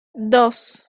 dos